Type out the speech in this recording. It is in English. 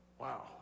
wow